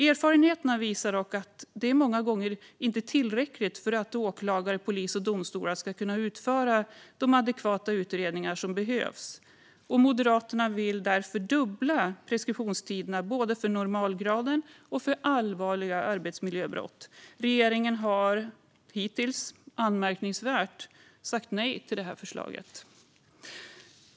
Erfarenheterna visar dock att detta många gånger inte är tillräckligt för att åklagare, polis och domstolar ska kunna utföra de adekvata utredningar som behövs. Moderaterna vill därför dubbla preskriptionstiderna både för normalgraden och för allvarliga arbetsmiljöbrott. Regeringen har hittills, vilket är anmärkningsvärt, sagt nej till detta förslag.